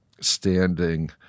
standing